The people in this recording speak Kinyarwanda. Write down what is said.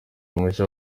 mushya